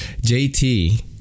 JT